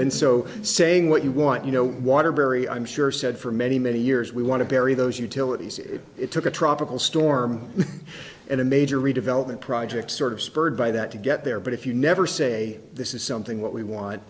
and so saying what you want you know waterbury i'm sure said for many many years we want to bury those utilities if it took a tropical storm and a major redevelopment project sort of spurred by that to get there but if you never say this is something what we want